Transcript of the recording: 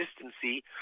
consistency